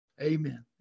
Amen